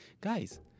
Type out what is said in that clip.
Guys